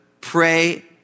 pray